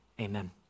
amen